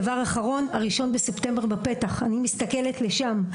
דבר אחרון: 1 בספטמבר עומד בפתח, אני מסתכלת לשם.